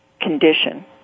condition